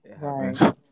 right